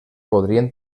podrien